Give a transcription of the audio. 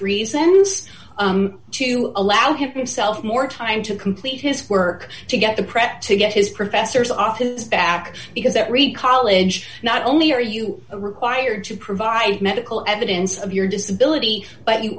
reasons to allow himself more time to complete his work to get the prep to get his professor's office back because that read college not only are you required to provide medical evidence of your disability but you